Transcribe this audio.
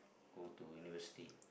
go to university